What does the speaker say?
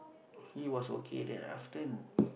he was okay then after